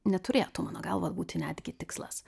neturėtų mano galva būti netgi tikslas